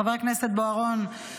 חבר הכנסת בוארון,